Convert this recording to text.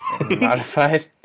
modified